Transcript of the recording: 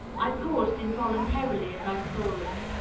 i paused in voluntarily as i saw it.